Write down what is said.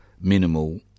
minimal